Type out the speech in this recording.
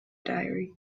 diary